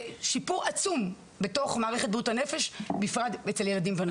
שיפור עצום בתוך מערכת בריאות הנפש בפרט אצל ילדים ונוער.